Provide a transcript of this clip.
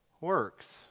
works